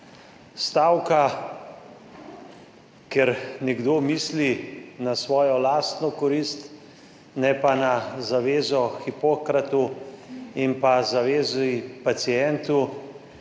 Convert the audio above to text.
Stavka, ker nekdo misli na svojo lastno korist, ne pa na zavezo Hipokratu in zavezo pacientu,